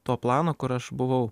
to plano kur aš buvau